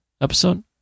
episode